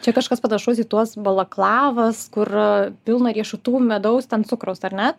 čia kažkas panašaus į tuos balaklavas kur pilna riešutų medaus ten cukraus ar ne